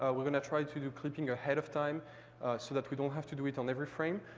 ah we're going to try to do clipping ahead of time so that we don't have to do it on every frame.